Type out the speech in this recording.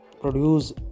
produce